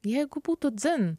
jeigu būtų dzin